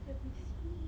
let me see